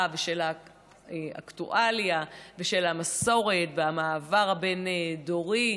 ושל האקטואליה ושל המסורת והמעבר הבין-דורי,